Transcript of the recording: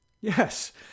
Yes